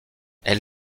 elle